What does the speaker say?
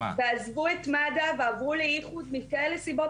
ועזבו את מד"א ועברו לאיחוד מכל מיני סיבות